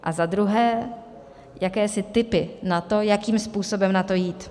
A za druhé jakési tipy na to, jakým způsobem na to jít.